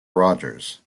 rogers